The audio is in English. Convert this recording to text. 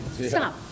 stop